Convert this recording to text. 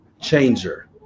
changer